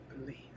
believe